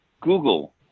Google